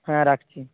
হ্যাঁ রাখছি